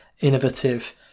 innovative